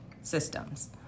systems